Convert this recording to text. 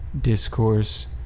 discourse